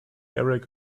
eric